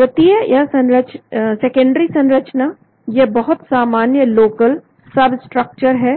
द्वितीय या सेकेंडरी संरचना यह बहुत सामान्य लोकल सब स्ट्रक्चर है